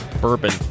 Bourbon